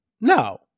No